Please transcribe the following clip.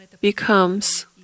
becomes